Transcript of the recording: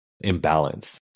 imbalance